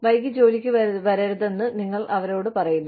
വൈകി ജോലിക്ക് വരരുതെന്ന് നിങ്ങൾ അവരോട് പറയുന്നു